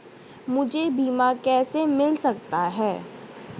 मुझे बीमा कैसे मिल सकता है?